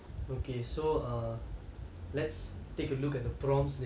okay so err let's take a look at the prompts they give